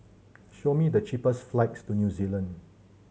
show me the cheapest flights to New Zealand